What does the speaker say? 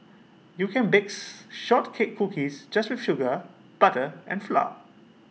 you can bakes short cake cookies just with sugar butter and flour